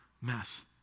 mess